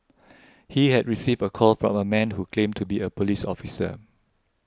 he had received a call from a man who claimed to be a police officer